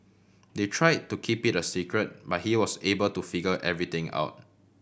they try to keep it a secret but he was able to figure everything out